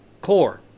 core